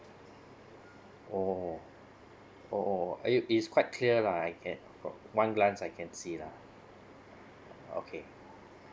oh oo uh is quite clear lah I get one glance I can see lah okay